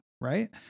Right